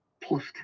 plus